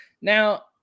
Now